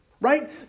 Right